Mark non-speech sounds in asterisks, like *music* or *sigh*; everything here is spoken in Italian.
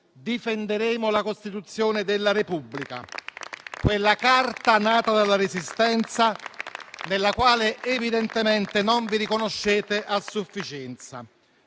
difenderemo la Costituzione della Repubblica, *applause* quella Carta nata dalla Resistenza, nella quale evidentemente non vi riconoscete a sufficienza.